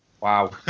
Wow